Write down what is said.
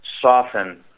soften